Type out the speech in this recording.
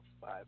five